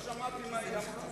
לא שמעתי מה היא אמרה.